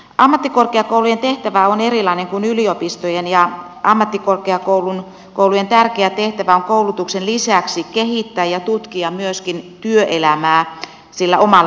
ammattikorkeakoulujen tehtävä on erilainen kuin yliopistojen ja ammattikorkeakoulujen tärkeä tehtävä on koulutuksen lisäksi kehittää ja tutkia myöskin työelämää sillä omalla alueellaan